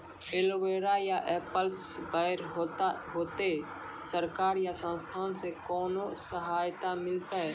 Aloe vera या apple बैर होते? सरकार या संस्था से कोनो सहायता मिलते?